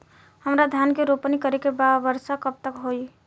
हमरा धान के रोपनी करे के बा वर्षा कब तक होई?